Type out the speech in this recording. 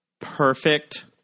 Perfect